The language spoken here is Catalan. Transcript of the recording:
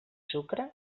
sucre